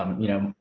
um you know,